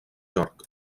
york